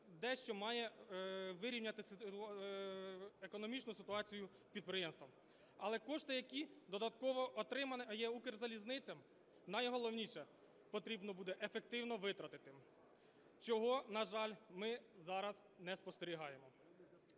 дещо має вирівняти економічну ситуацію підприємства. Але кошти, які додатково отриманими є Укрзалізницею, найголовніше, потрібно буде ефективно витратити, чого, на жаль, ми зараз не спостерігаємо.